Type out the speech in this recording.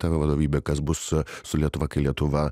ta vadovybė kas bus su lietuva kai lietuva